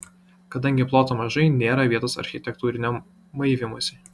kadangi ploto mažai nėra vietos architektūriniam maivymuisi